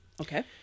Okay